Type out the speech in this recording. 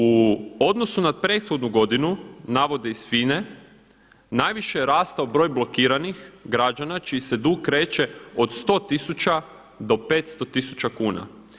U odnosu na prethodnu godinu navodi iz FINA-e najviše je rastao broj blokiranih građana čiji se dug kreće od 100 tisuća do 500 tisuća kuna.